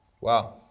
Wow